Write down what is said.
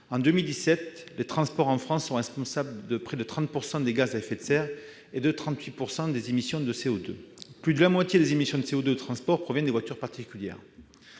en 2017, les transports en France étaient responsables de près de 30 % des émissions de gaz à effet de serre et de 38 % des émissions de CO2. De même, plus de la moitié des émissions de CO2 des transports provient des voitures particulières.